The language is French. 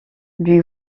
lui